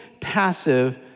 passive